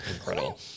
incredible